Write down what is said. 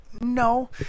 no